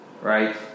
right